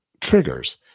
triggers